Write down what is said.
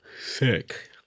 sick